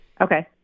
Okay